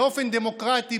באופן דמוקרטי,